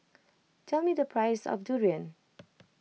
tell me the price of durian